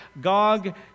Gog